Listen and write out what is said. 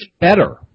better